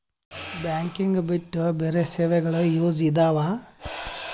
Banking ಬಿಟ್ಟು ಬೇರೆ ಸೇವೆಗಳು ಯೂಸ್ ಇದಾವ?